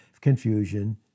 confusion